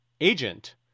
agent